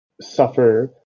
suffer